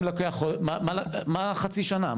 מה חצי שנה?